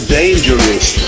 dangerous